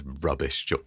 rubbish